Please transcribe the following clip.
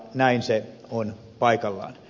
näin se on paikallaan